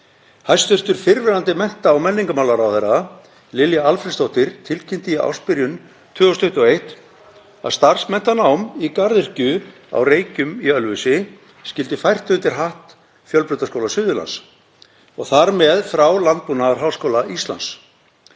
Hæstv. fyrrverandi mennta- og menningarmálaráðherra, Lilja Alfreðsdóttir, tilkynnti í ársbyrjun 2021 að starfsmenntanám í garðyrkju á Reykjum í Ölfusi skyldi fært undir hatt Fjölbrautaskóla Suðurlands og þar með frá Landbúnaðarháskóla Íslands.